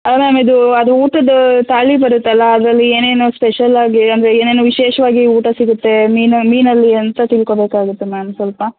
ಅಲ್ಲ ಮ್ಯಾಮ್ ಇದು ಅದು ಊಟದ್ದು ತಾಲಿ ಬರುತ್ತಲ್ಲ ಅದರಲ್ಲಿ ಏನೇನು ಸ್ಪೆಷಲ್ಲಾಗಿ ಅಂದರೆ ಏನೇನು ವಿಶೇಷವಾಗಿ ಊಟ ಸಿಗುತ್ತೆ ಮೀನು ಮೀನಲ್ಲಿ ಅಂತ ತಿಳ್ಕೊಳ್ಬೇಕಾಗುತ್ತೆ ಮ್ಯಾಮ್ ಸ್ವಲ್ಪ